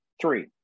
three